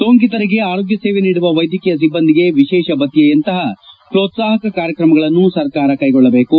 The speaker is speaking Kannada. ಸೋಂಕಿತರಿಗೆ ಆರೋಗ್ಯ ಸೇವೆ ನೀಡುವ ವೈದ್ಯಕೀಯ ಸಿಬ್ಬಂದಿಗೆ ವಿಶೇಷ ಭತ್ತೆಯಂತಹ ಪ್ರೋತ್ಸಾಹಕ ಕಾರ್ಯಕ್ರಮಗಳನ್ನು ಸರ್ಕಾರ ಕೈಗೊಳ್ಳಬೇಕು